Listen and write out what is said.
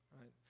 Right